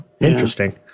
interesting